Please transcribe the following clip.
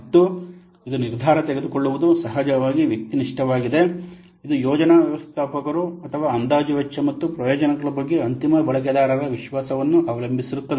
ಮತ್ತು ಇದು ನಿರ್ಧಾರ ತೆಗೆದುಕೊಳ್ಳುವುದು ಸಹಜವಾಗಿ ಹೆಚ್ಚು ವ್ಯಕ್ತಿನಿಷ್ಠವಾಗಿದೆ ಇದು ಯೋಜನಾ ವ್ಯವಸ್ಥಾಪಕರು ಅಥವಾ ಅಂದಾಜು ವೆಚ್ಚ ಮತ್ತು ಪ್ರಯೋಜನಗಳ ಬಗ್ಗೆ ಅಂತಿಮ ಬಳಕೆದಾರರ ವಿಶ್ವಾಸವನ್ನು ಅವಲಂಬಿಸಿರುತ್ತದೆ